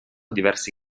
diversi